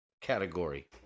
category